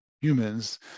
humans